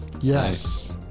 Yes